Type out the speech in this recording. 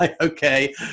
Okay